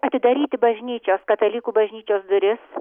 atidaryti bažnyčios katalikų bažnyčios duris